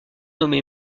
nommé